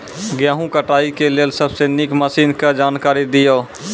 गेहूँ कटाई के लेल सबसे नीक मसीनऽक जानकारी दियो?